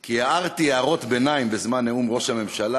כי הערתי הערות ביניים בזמן נאום ראש הממשלה,